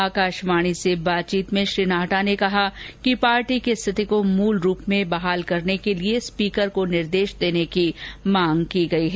आकाशवाणी से बातचीत में श्री नाहटा ने कहा कि पार्टी की स्थिति को मुल रूप में बहाल करने के लिए स्पीकर को निर्देश देने की मांग की है